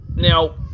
now